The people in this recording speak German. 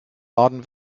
baden